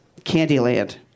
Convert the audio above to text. Candyland